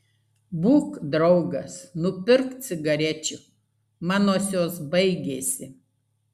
būk draugas nupirk cigarečių manosios baigėsi